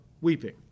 weeping